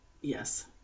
Yes